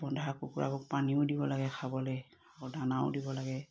বন্ধা কুকুৰাবোৰক পানীও দিব লাগে খাবলে আকৌ দানাও দিব লাগে